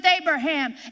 Abraham